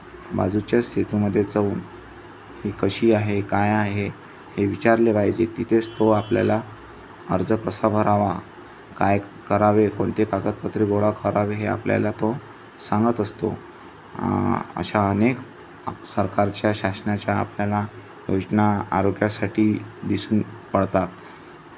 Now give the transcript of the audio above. बाजूच्या सेतूमध्ये जाऊन ही कशी आहे काय आहे हे विचारले पाहिजे तिथेच तो आपल्याला अर्ज कसा भरावा काय करावे कोणते कागदपत्रे गोळा करावे हे आपल्याला तो सांगत असतो अशा अनेक सरकारच्या शासनाच्या आपल्याला योजना आरोग्यासाठी दिसून पडतात